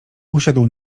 usiadł